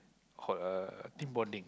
called uh team bonding